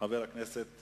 חבר הכנסת